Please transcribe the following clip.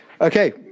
Okay